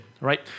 right